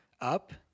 up